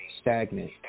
stagnant